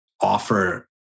offer